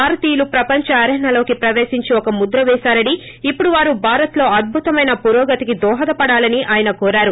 భారతీయులు ప్రపంచ అరేనాలోకి ప్రవేశించి ఒక ముద్ర వేసారని ఇప్పుడు వారు భారత్ లో అధ్పుతమైన పురోగతికి దోహద పడాలని ఆయన కోరారు